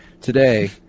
Today